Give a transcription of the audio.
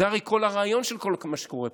הרי זה כל הרעיון של כל מה שקורה פה,